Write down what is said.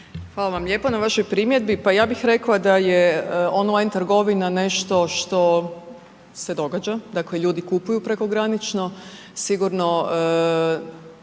Hvala vam lijepo na vašoj primjedbi, pa ja bih rekla da je on line trgovina nešto što se događa, dakle ljudi kupuju prekogranično. Sigurno